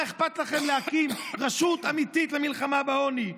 מה אכפת לכם להקים רשות אמיתית למלחמה בעוני?